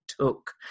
took